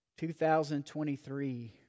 2023